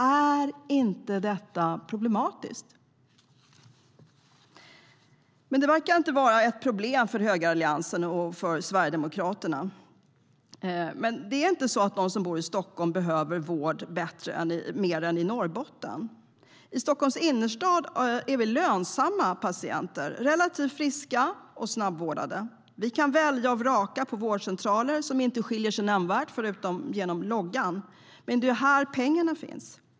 Är inte detta problematiskt? Det verkar inte vara ett problem för högeralliansen och Sverigedemokraterna. Men det är inte så att de som bor i Stockholm behöver mer vård än de som bor i Norrbotten. I Stockholms innerstad är vi lönsamma patienter. Vi är relativt friska och snabbvårdade. Vi kan välja och vraka på vårdcentraler som inte skiljer sig nämnvärt åt förutom på loggan. Det är här pengarna finns.